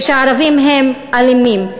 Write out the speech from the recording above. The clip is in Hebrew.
ושהערבים הם אלימים.